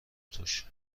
توش